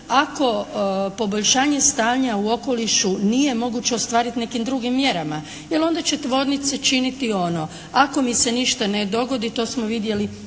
ako poboljšanje stanja u okolišu nije moguće ostvariti nekim drugim mjerama. Jer onda će tvornice činiti ono – ako mi se ništa ne dogodi to smo vidjeli